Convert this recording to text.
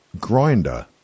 grinder